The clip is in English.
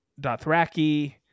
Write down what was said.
Dothraki